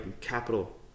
capital